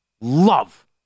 love